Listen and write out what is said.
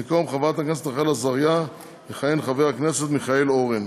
במקום חברת הכנסת רחל עזריה יכהן חבר הכנסת מיכאל אורן.